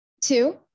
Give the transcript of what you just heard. Two